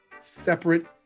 separate